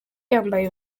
yambaye